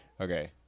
Okay